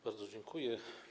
Bardzo dziękuję.